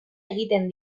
egiten